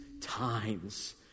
times